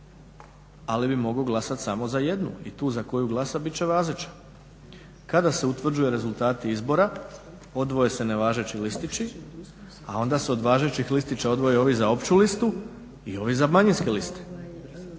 ali bi mogao glasati samo za jednu i tu za koju glasa bit će važeća. Kada se utvrđuju rezultati izbora odvoje se nevažeći listići, a onda se od važećih listića odvoje ovi za opću listu i ovi za manjinske liste.